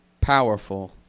powerful